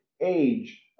age